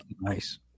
nice